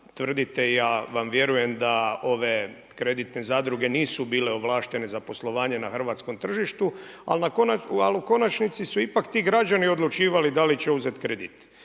tvrdite i ja vam vjerujem da ove kreditne zadruge nisu bile ovlaštenje za poslovanje na hrvatskom tržištu ali u konačnici su ipak ti građani odlučivali da li će uzeti kredit.